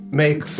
make